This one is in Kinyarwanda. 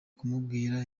kubwira